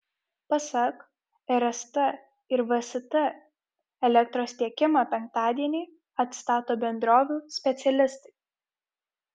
pasak rst ir vst elektros tiekimą penktadienį atstato bendrovių specialistai